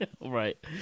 right